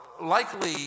likely